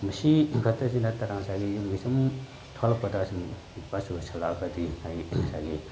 ꯃꯁꯤ ꯈꯛꯇꯁꯨ ꯅꯠꯇꯅ ꯉꯁꯥꯏꯒꯤ ꯌꯨꯝꯒꯤ ꯁꯨꯝ ꯊꯣꯛꯂꯛꯄꯗ ꯁꯨꯝ ꯑꯣꯏꯁꯤꯜꯂꯛꯑꯒꯗꯤ ꯑꯩ ꯉꯁꯥꯏꯒꯤ